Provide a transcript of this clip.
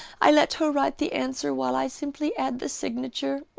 i let her write the answer, while i simply add the signature.